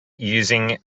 using